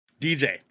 DJ